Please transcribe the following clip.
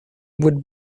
would